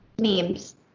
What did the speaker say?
memes